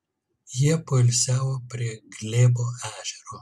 jie poilsiavo prie glėbo ežero